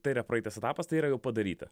tai yra praeitas etapas tai yra jau padaryta